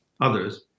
others